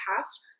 past